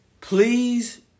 Please